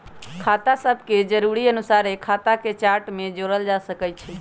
खता सभके जरुरी अनुसारे खता के चार्ट में जोड़ल जा सकइ छै